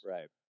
Right